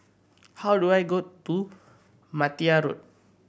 how do I got to Martia Road